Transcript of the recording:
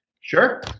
Sure